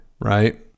right